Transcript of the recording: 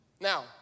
Now